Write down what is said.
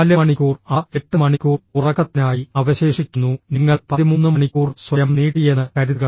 നാല് മണിക്കൂർ ആ എട്ട് മണിക്കൂർ ഉറക്കത്തിനായി അവശേഷിക്കുന്നു നിങ്ങൾ പതിമൂന്ന് മണിക്കൂർ സ്വയം നീട്ടിയെന്ന് കരുതുക